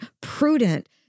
prudent